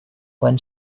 when